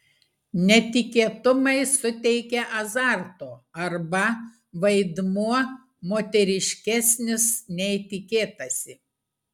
netikėtumai suteikia azarto arba vaidmuo moteriškesnis nei tikėtasi